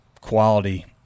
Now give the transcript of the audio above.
quality